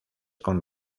con